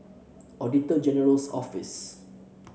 Auditor General's Office